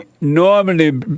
normally